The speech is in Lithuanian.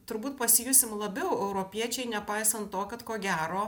turbūt pasijusim labiau europiečiai nepaisant to kad ko gero